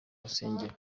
rusengero